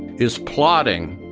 is plotting,